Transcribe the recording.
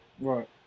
Right